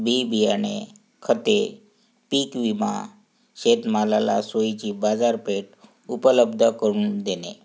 बी बियाणे खते पीक विमा शेतमालाला सोयीची बाजारपेठ उपलब्ध करून देणे